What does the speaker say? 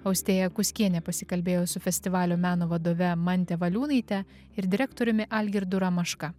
austėja kuskienė pasikalbėjo su festivalio meno vadove mante valiūnaite ir direktoriumi algirdu ramaška